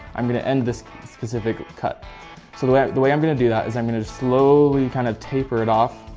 i'm going to end this specific cut. so the way the way i'm going to do that is i'm going to slowly kind of taper it off,